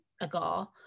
ago